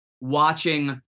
watching